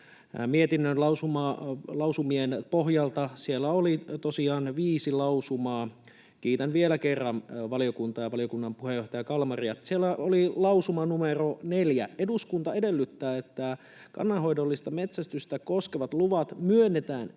mietinnön lausumien pohjalta. Siellä oli tosiaan viisi lausumaa. Kiitän vielä kerran valiokuntaa ja valiokunnan puheenjohtaja Kalmaria. Siellä oli lausuma numero 4: ”Eduskunta edellyttää, että kannanhoidollista metsästystä koskevat luvat myönnetään niin